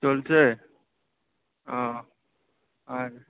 চলছে ও আর